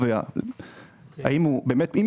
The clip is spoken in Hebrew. וקובע האם הוא באמת לא ראוי לשימוש.